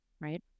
Right